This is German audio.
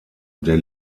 der